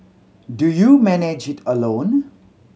do you manage it alone